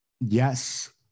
Yes